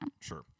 Sure